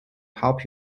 help